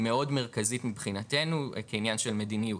מאוד מרכזית מבחינתנו כעניין של מדיניות.